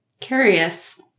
Curious